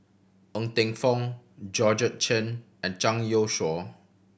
Ng Teng Fong Georgette Chen and Zhang Youshuo